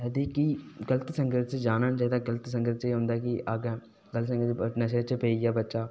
गलत संगत च जाना निं चाहिदा अगर गलत संगत बच्चा नशे च पेई जा ते